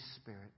Spirit